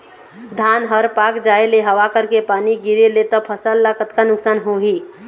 धान हर पाक जाय ले हवा करके पानी गिरे ले त फसल ला कतका नुकसान होही?